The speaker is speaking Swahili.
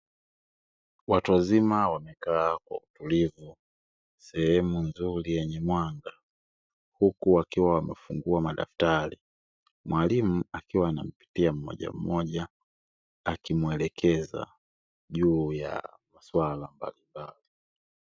Watu wazima wamekaa kwa utulivu sehemu nzuri yenye mwanga huku wakiwa wamefungua madaftari, mwalimu akiwa anapitia mmoja mmoja akimuelekeza juu ya maswala mbalimbali.